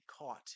caught